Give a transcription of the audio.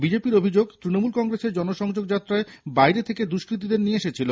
বিজেপির অভিযোগ তৃণমূল কংগ্রেসের জনসংযোগ যাত্রায় বাইরে থেকে দুষ্কৃতিদের নিয়ে এসেছিল